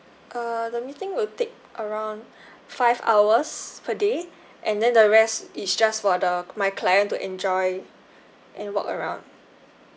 err the meeting will take around five hours per day and then the rest is just for the my client to enjoy and walk around